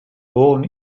born